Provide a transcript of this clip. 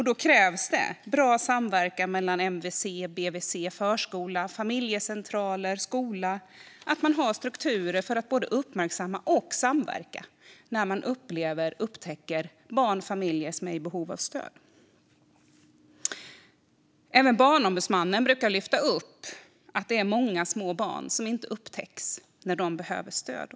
Då krävs bra samverkan mellan MVC, BVC, förskola, familjecentraler och skola och att man har strukturer för att både uppmärksamma och samverka när man upptäcker att barn och familjer är i behov av stöd. Även Barnombudsmannen brukar lyfta upp att det är många små barn som inte upptäcks när de behöver stöd.